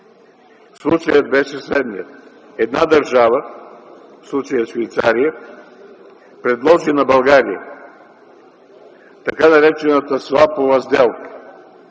Случаят беше следният. Една държава, в случая Швейцария, предложи на България така наречената суапова сделка